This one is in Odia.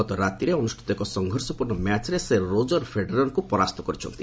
ଗତ ରାତିରେ ଅନୁଷ୍ଠିତ ଏକ ସଂଘର୍ଷପୂର୍ଣ୍ଣ ମ୍ୟାଚ୍ରେ ସେ ରୋଜର୍ ଫେଡେରର୍ଙ୍କୁ ପରାସ୍ତ କରିଛନ୍ତି